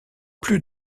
plus